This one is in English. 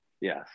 yes